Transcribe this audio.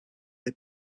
les